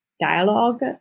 dialogue